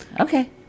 Okay